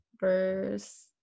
Verse